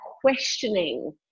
questioning